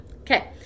Okay